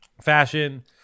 fashion